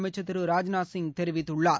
அமைச்சர் திரு ராஜ்நாத் சிங் தெரிவித்துள்ளார்